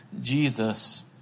Jesus